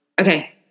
okay